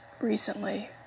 recently